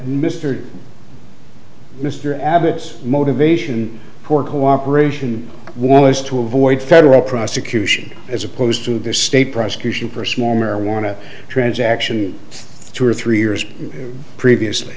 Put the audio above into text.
abbott's motivation for cooperation was to avoid federal prosecution as opposed to the state prosecution for small marijuana transaction two or three years previously